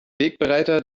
wegbereiter